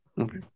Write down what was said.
Okay